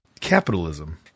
capitalism